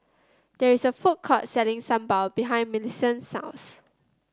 there is a food court selling Sambal behind Millicent's house